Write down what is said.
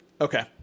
Okay